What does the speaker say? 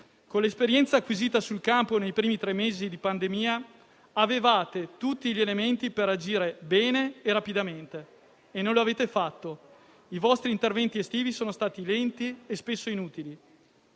Con l'esperienza acquisita sul campo nei primi tre mesi di pandemia avevate tutti gli elementi per agire bene e rapidamente, ma non lo avete fatto; i vostri interventi estivi sono stati lenti e spesso inutili.